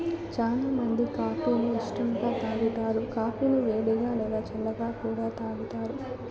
చానా మంది కాఫీ ని ఇష్టంగా తాగుతారు, కాఫీని వేడిగా, లేదా చల్లగా కూడా తాగుతారు